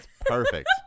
Perfect